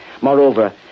Moreover